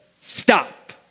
Stop